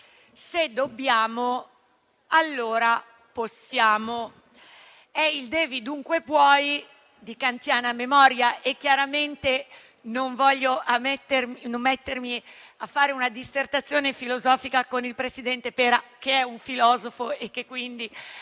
«Se dobbiamo, allora possiamo». È il devi, dunque puoi di kantiana memoria. Chiaramente non voglio mettermi a fare una dissertazione filosofica con il presidente Pera, che è un filosofo, un